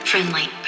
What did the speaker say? Friendly